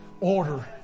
Order